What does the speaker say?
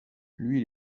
lui